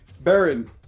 Baron